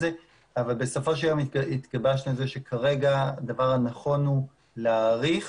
זה אבל בסופו של יום כרגע הדבר הנכון הוא להאריך